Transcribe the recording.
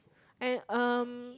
and um